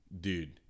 Dude